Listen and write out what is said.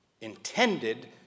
intended